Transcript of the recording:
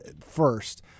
first